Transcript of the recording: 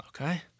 Okay